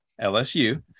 LSU